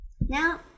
Now